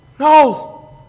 No